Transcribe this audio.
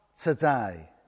today